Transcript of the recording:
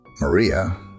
Maria